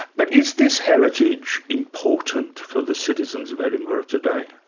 but is this heritage important for the citizens of edinburgh today?